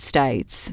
States